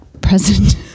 present